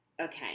okay